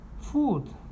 Food